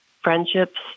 friendships